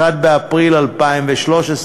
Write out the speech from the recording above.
1 באפריל 2013,